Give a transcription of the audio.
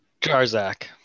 Jarzak